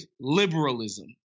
liberalism